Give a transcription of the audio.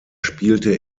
spielte